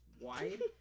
wide